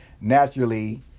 naturally